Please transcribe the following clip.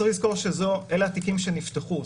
צריך לזכור שאלה התיקים שנפתחו.